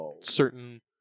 certain